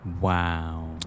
Wow